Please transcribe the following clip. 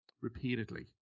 repeatedly